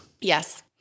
Yes